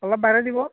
অলপ বঢ়াই দিব